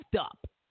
up